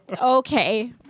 okay